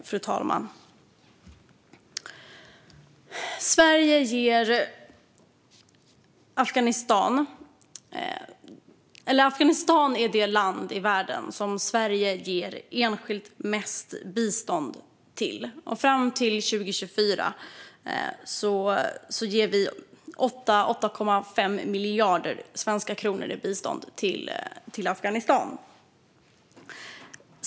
Fru talman! Afghanistan är det enskilda land i världen som Sverige ger mest bistånd till. Fram till 2024 ger vi 8-8,5 miljarder svenska kronor i bistånd till Afghanistan.